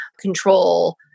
control